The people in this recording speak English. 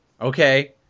okay